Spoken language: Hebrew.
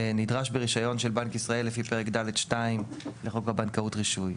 נדרש ברישיון של בנק ישראל לפי פרק ד'2 לחוק הבנקאות רישוי.